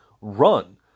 run